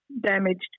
damaged